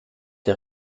der